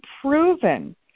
proven